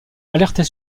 alerter